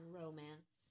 romance